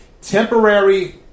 Temporary